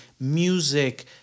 music